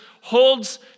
holds